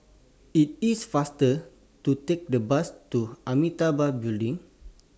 IT IS faster to Take The Bus to Amitabha Building